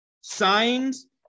Signs